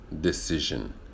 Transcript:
decision